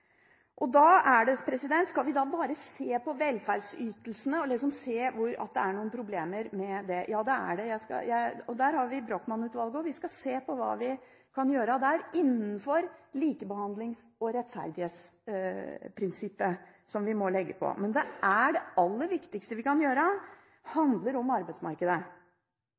Da er det sånn: Skal vi bare se på velferdsytelsene og se at det er noen problemer med det? Ja, det er det. Der har vi Brochmann-utvalget, og vi skal se på hva vi kan gjøre innenfor likebehandlings- og rettferdighetsprinsippet. Det aller viktigste vi kan gjøre, handler om arbeidsmarkedet. Hvis vi blir kjent i Europa for å ha et arbeidsmarked som er regulert og seriøst, der det